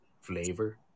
flavor